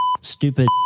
stupid